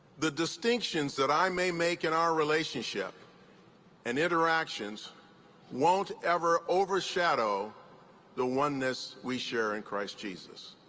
the distinctions that i may make in our relationship and interactions won't ever overshadow the oneness we share in christ jesus.